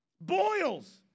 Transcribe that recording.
Boils